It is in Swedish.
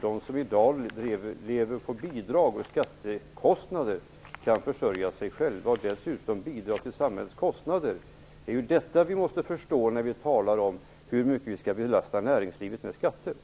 De som i dag lever på skattefinansierade bidrag kan då försörja sig själva och dessutom medverka till att täcka samhällets kostnader. Det är detta som vi måste förstå när vi talar om hur mycket näringslivet skall belastas med skatter.